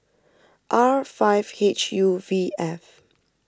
R five H U V F